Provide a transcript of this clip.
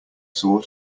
saw